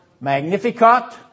Magnificat